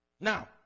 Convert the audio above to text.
Now